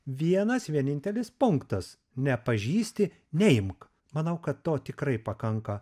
vienas vienintelis punktas nepažįsti neimk manau kad to tikrai pakanka